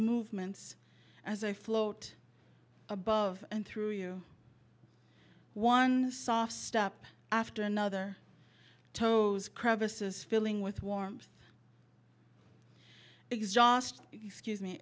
movements as i float above and through you one soft stop after another toes crevasses filling with warmth exhaust excuse me